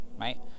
right